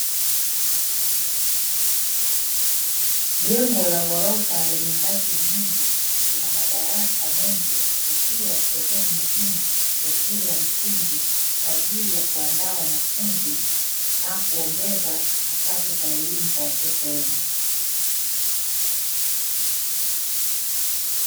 Jengo la ghorofa lenye ngazi nyingi lina madarasa mengi likiwa sehemu muhimu ya shule ya msingi, kwa ajili ya kuandaa wanafunzi na kuongeza nafasi za elimu kwa watoto wengi.